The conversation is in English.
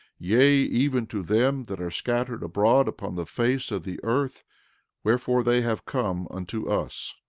yea, even to them that are scattered abroad upon the face of the earth wherefore they have come unto us.